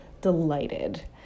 delighted